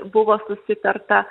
buvo susitarta